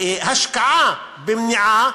ההשקעה במניעה